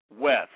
West